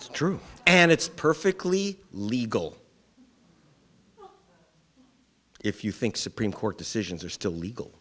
it's true and it's perfectly legal if you think supreme court decisions are still legal